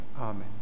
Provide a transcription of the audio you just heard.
Amen